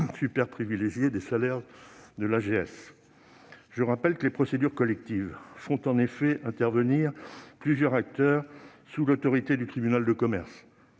superprivilégiée de l'AGS. Je rappelle que les procédures collectives font en effet intervenir plusieurs acteurs, sous l'autorité du tribunal de commerce.